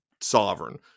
sovereign